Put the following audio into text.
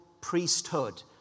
priesthood